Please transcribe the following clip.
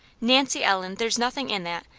nancy ellen, there's nothing in that,